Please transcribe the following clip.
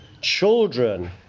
children